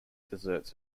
deserts